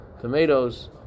tomatoes